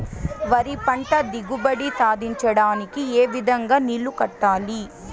వరి పంట దిగుబడి సాధించడానికి, ఏ విధంగా నీళ్లు కట్టాలి?